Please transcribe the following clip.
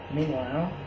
meanwhile